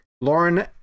Lauren